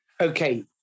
Okay